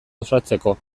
osatzeko